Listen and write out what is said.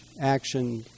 action